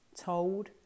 told